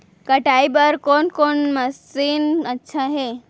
कटाई बर कोन कोन मशीन अच्छा हे?